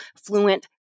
fluent